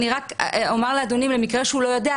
רק אומר לאדוני למקרה שהוא לא יודע,